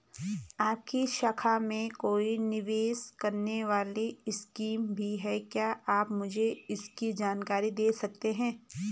आपकी शाखा में कोई निवेश करने वाली स्कीम भी है क्या आप मुझे इसकी जानकारी दें सकते हैं?